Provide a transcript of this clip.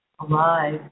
alive